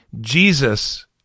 Jesus